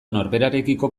norberarekiko